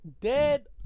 dead